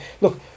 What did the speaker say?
look